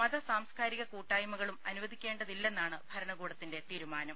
മത സാംസ്കാരിക കൂട്ടായ്മകളും അനുവദിക്കേണ്ടതില്ലെന്നാണ് ഭരണകൂടത്തിന്റെ തീരുമാനം